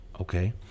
okay